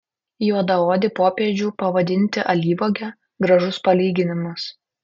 juodaodį popiežių pavadinti alyvuoge gražus palyginimas